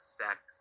sex